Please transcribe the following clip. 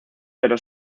pero